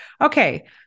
Okay